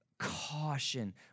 caution